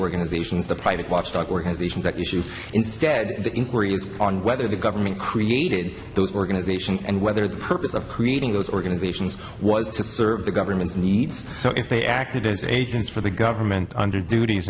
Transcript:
organizations the private watchdog organizations that issue instead the inquiry is on whether the government created those organizations and whether the purpose of creating those organizations was to serve the government's needs so if they acted as agents for the government under duties